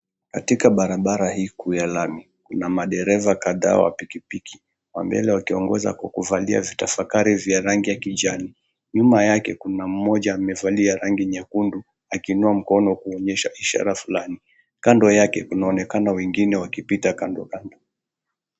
Katika barabara hii kuu ya lami, kuna madereva kadhaa wa pikipiki. Wa mbele akiongoza kwa kuvalia vitafakari vya rangi ya kijani. Nyuma yake kuna mmoja amevalia rangi nyekundu akiinua mkono kuonyesha ishara fulani. Kando yake kunaonekana wengine wakipita kandokando.